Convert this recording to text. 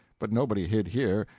but nobody hid here,